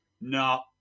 no